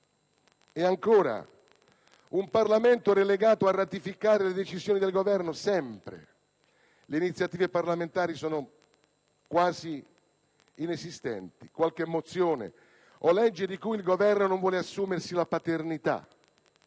nostro è un Parlamento relegato sempre a ratificare decisioni del Governo, giacché le iniziative parlamentari sono quasi inesistenti: qualche mozione o legge di cui il Governo non vuole assumersi la paternità.